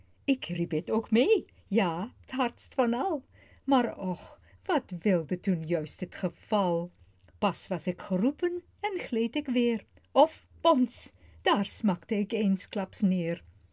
riep het ook mee ja t hardst van al maar och wat wilde toen juist t geval pieter louwerse alles zingt pas was t geroepen en gleed ik weer of bons daar smakte ik eensklaps neer